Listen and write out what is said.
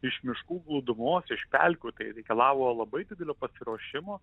iš miškų glūdumos iš pelkių tai reikalavo labai didelio pasiruošimo